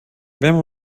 wenn